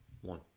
one